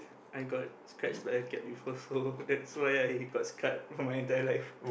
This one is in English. I got scratched by a cat before so that's why I got scarred for my entire life